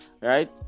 right